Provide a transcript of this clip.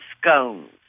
scones